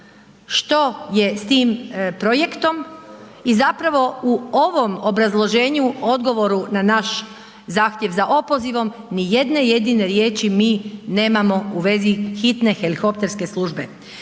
što je s tim projektom i zapravo u ovom obrazloženju, odgovoru na naš zahtjev za opozivom ni jedne jedine riječi mi nemamo u vezi hitne helikopterske službe.